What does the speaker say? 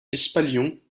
espalion